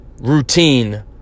routine